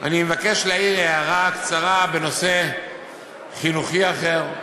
אני מבקש להעיר הערה קצרה בנושא חינוכי אחר,